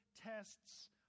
tests